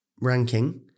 ranking